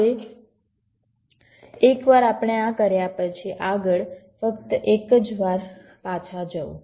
હવે એકવાર આપણે આ કર્યા પછી આગળ ફક્ત એક જ વાર પાછા જવું